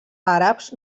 àrabs